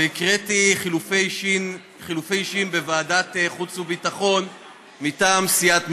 והקראתי חילופי אישים בוועדת החוץ והביטחון מטעם סיעת מרצ.